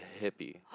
hippie